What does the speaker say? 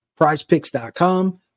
prizepicks.com